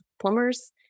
plumbers